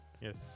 Yes